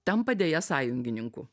tampa deja sąjungininku